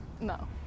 no